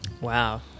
Wow